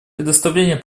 предоставление